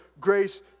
grace